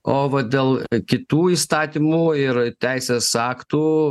o vat dėl kitų įstatymų ir teisės aktų